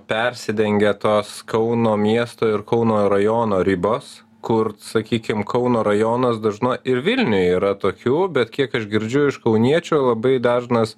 persidengia tos kauno miesto ir kauno rajono ribos kur sakykim kauno rajonas dažna ir vilniuje yra tokių bet kiek aš girdžiu iš kauniečio labai dažnas